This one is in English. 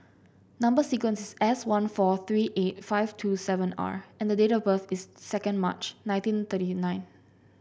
number sequence is S one four three eight five two seven R and date of birth is second March nineteen thirty nine